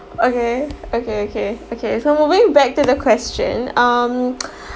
okay okay okay okay so moving back to the question um